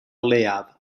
leiaf